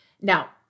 Now